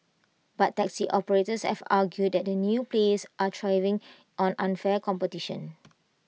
but taxi operators have argued that the new players are thriving on unfair competition